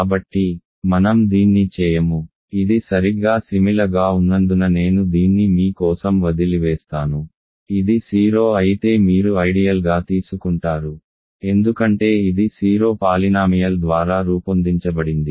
కాబట్టి మనం దీన్ని చేయము ఇది సరిగ్గా సారూప్యంగా ఉన్నందున నేను దీన్ని మీ కోసం వదిలివేస్తాను ఇది 0 అయితే మీరు ఐడియల్ గా తీసుకుంటారు ఎందుకంటే ఇది 0 పాలినామియల్ ద్వారా రూపొందించబడింది